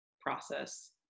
process